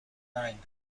nine